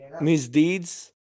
misdeeds